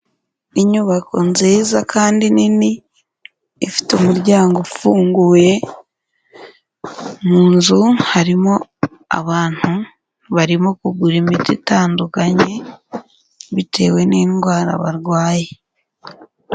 Inyubako nziza kandi nini, ifite umuryango ufunguye, mu nzu harimo abantu barimo kugura imiti itandukanye, bitewe n'indwara barwaye.